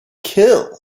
kill